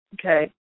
okay